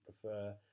prefer